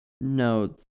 No